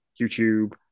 YouTube